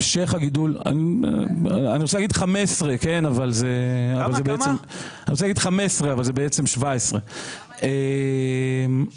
אני רוצה להגיד 15 אבל זה בעצם 17. צחי,